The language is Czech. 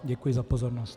Děkuji za pozornost.